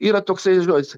yra toksai žodis